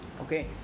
Okay